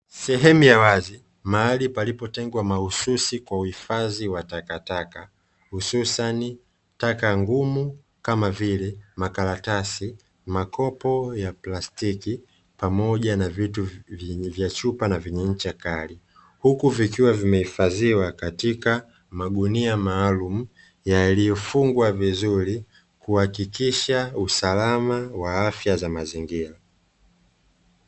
Sehemu ya wazi mahali palipotengwa mahususi kwa uhifadhi wa takataka, hususani taka ngumu kama vile; makaratasi makopo ya plastiki, pamoja na vitu vya chupa na vyenye ncha kali, huku vikiwa vimehifadhiwa katika magunia maalumu yaliyofungwa vizuri, kuhakikisha usalama wa afya za mazingira.